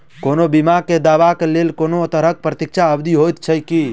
कोनो बीमा केँ दावाक लेल कोनों तरहक प्रतीक्षा अवधि होइत छैक की?